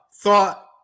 thought